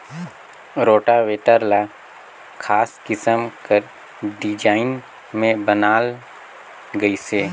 rotavator ल खास किसम कर डिजईन में बनाल गइसे